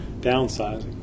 downsizing